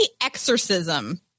Exorcism